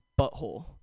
butthole